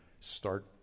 start